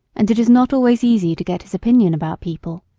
and it is not always easy to get his opinion about people,